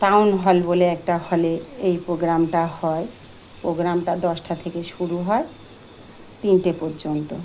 town hall বলে একটা হলে এই প্রোগ্রামটা হয় প্রোগ্রামটা দশটা থেকে শুরু হয় তিনটে পর্যন্ত